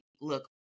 look